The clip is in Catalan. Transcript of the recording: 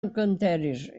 encanteris